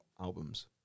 albums